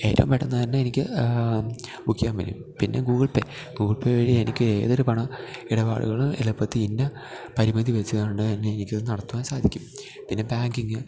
ഏറ്റോം പെട്ടന്ന് തന്നെ എനിക്ക് ബുക്ക് ചെയ്യാന് വരും പിന്നെ ഗൂഗിള്പേ ഗൂഗിള്പേ വഴി എനിക്ക് ഏതൊരു പണം എടപാടുകളും എളുപ്പത്തി എന്ന പരിമിതി വെച്ച് ആണ് എന്നെ ഇത് നടത്തുവാന് സാധിക്കും പിന്നെ ബാങ്കിംഗ്